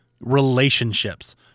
relationships